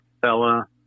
fella